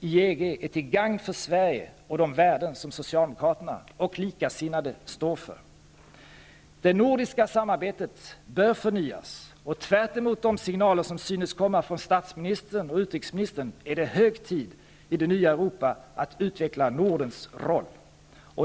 i EG är till gagn för Sverige och de värden som socialdemokraterna och likasinnade står för. Det nordiska samarbetet bör förnyas. Tvärtemot de signaler som synes komma från statsministern och utrikesministern är det hög tid att i det nya Europa utveckla Nordens roll.